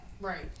right